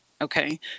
Okay